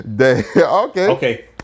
okay